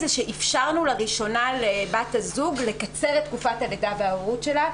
שאפשרנו לראשונה לבת הזוג לקצר את תקופת הלידה וההורות שלה,